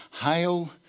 Hail